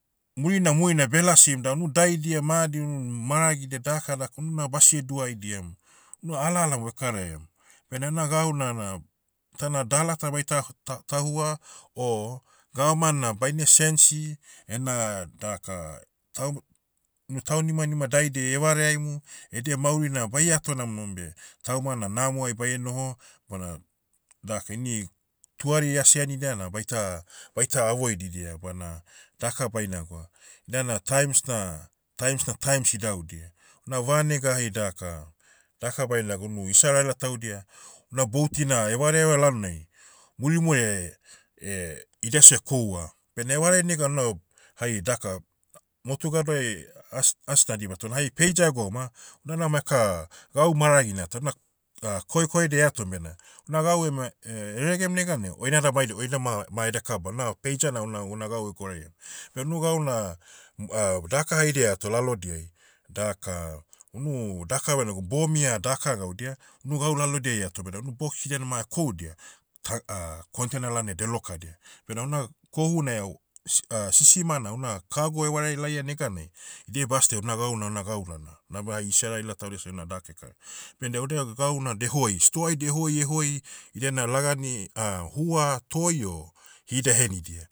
Murina murina belasim da unu daidia madi unu maragidia dakadak, ununa basie duhaidiam. Nu ala alamo ekaraiam. Bena ena gau nana, tana dala ta baita k- ta- tahua, o, gavaman na baine sensi, ena daka, taum- unu taunimanima daidiai evareaimu, edia mauri na baie ato namonam beh, tauma na namoai baie noho, bona daka ini, tuari asi anidia na baita- baita avoididia bana daka baina gwa, inana times na, times na times idaudia. Una vanega hai daka- daka bainaga unu isaraela taudia, una bouti na evareaiva lalonai, murimue eh, idia seh ekoua. Bena evareai negan na, hai daka, motu gadoai, as- asna diba tona hai peija egoum ah, unana ma eka, gau maragina ta. Na, koekoedia eatom bena, una gau ema- e- eregem neganai, oinada mai dim oi dama, ma edeka bao. Na peija na una- una gau egouraia. Beh nu gau na, m- daka haida eaato lalodiai. Daka, unu daka baina go bomia daka gaudia, unu gau lalodiai eato beda nu boxidia na ma ekoudia, ta- kontena lalonai de lokadia. Bena una, kohu ne, s- sisima na una cargo evareai laia neganai, idia beh asdi una gau na laona. Nabe hari isaraela taudia seh una daka eka. Benda odea gau na dehoi. Stoai dehoi ehoi, idia na lagani, hua toi o, hida ehenidia.